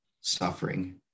suffering